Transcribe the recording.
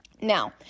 Now